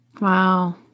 Wow